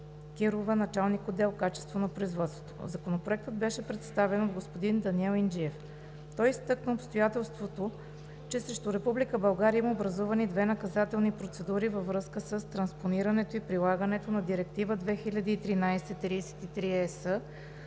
– началник-отдел „Качество на производството“. Законопроектът беше представен от господин Даниел Инджиев. Той изтъкна обстоятелството, че срещу Република България има образувани две наказателни процедури във връзка с транспонирането и прилагането на Директива 2013/33/ЕС